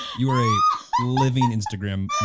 you are ah living instagram